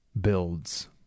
builds